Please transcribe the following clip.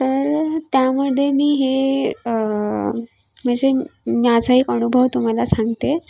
तर त्यामध्ये मी हे म्हणजे माझा एक अनुभव तुम्हाला सांगते